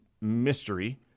mystery